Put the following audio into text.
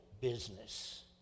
business